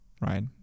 right